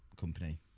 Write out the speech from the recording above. company